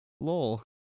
lol